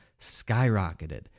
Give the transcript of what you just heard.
skyrocketed